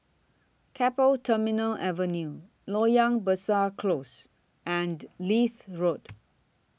Keppel Terminal Avenue Loyang Besar Close and Leith Road